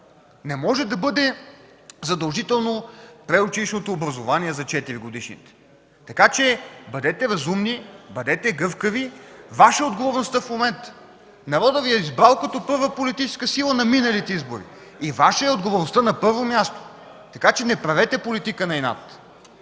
Не може да бъде задължително предучилищното образование за 4-годишните! Бъдете разумни, бъдете гъвкави, Ваша е отговорността в момента. Народът Ви е избрал като първа политическа сила на миналите избори и Ваша е отговорността на първо място. Така че не правете политика на инат!